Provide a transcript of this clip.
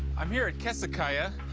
i'm here at kesha kaya,